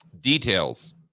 details